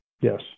yes